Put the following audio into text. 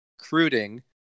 recruiting